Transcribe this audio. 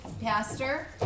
Pastor